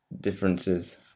differences